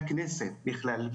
נכון.